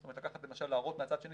זאת אומרת למשל להראות מהצד השני